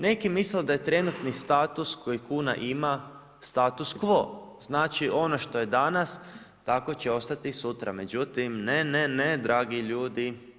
Neki misle da je trenutni status, koji kuna ima status quo, znači ono što je danas, tako će ostati i sutra, međutim, ne, ne, ne dragi ljudi.